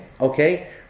Okay